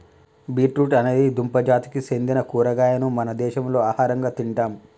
beet root అనేది దుంప జాతికి సెందిన కూరగాయను మన దేశంలో ఆహరంగా తింటాం